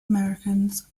americans